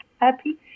happy